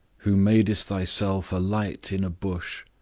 who madest thyself a light in a bush,